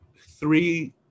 three